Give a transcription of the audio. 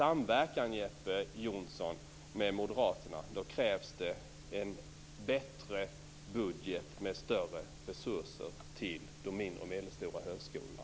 För en samverkan med Moderaterna, Jeppe Johnsson, krävs det en bättre budget med större resurser till de mindre och medelstora högskolorna.